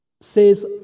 says